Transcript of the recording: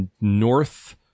north